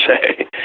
say